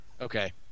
Okay